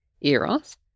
eros